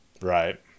Right